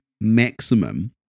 maximum